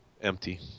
empty